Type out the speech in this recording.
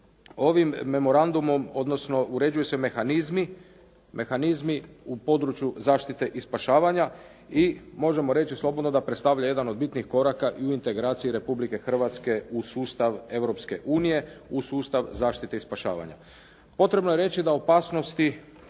ovim memorandumom, odnosno uređuju se mehanizmi u području zaštite i spašavanja i možemo reći slobodno da predstavlja jedan od bitnih koraka i u integraciji Republike Hrvatske u sustav Europske unije, u sustav zaštite i spašavanja. Potrebno je reći da opasnosti